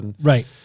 Right